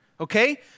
okay